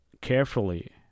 carefully